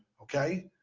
Okay